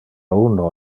uno